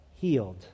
Healed